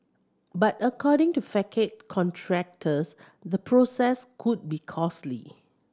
but according to facade contractors the process could be costly